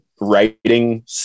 writing